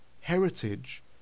heritage